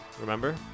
Remember